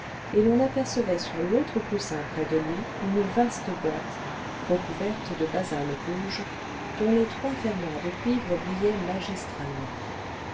et l'on apercevait sur l'autre coussin près de lui une vaste boîte recouverte de basane rouge dont les trois fermoirs de cuivre brillaient magistralement